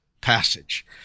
passage